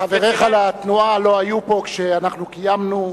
חבריך לתנועה לא היו פה כשאנחנו קיימנו,